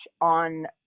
on